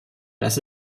das